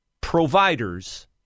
providers